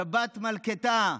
שבת מלכתא,